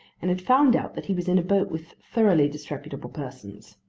and had found out that he was in a boat with thoroughly disreputable persons.